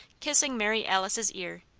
kissing mary alice's ear,